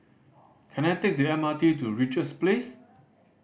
can I take the M R T to Richards Place